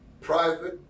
Private